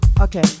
Okay